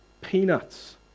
peanuts